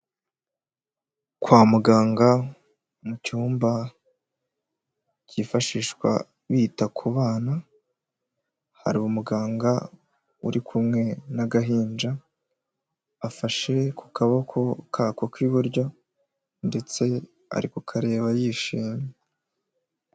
Kwa muganga mu cyumba kifashishwa bita ku bana, hari umuganga uri kumwe n'agahinja afashe ku kaboko kako k'iburyo ndetse ari kukareba yishimye.